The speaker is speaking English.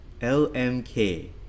L-M-K